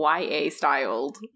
YA-styled